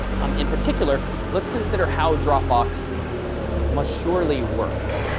um in particular, let's consider how dropbox must surely work.